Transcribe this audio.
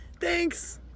thanks